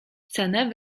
cenę